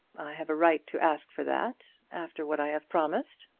have a right to ask for that, after what i have promised.